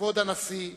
כבוד הנשיא,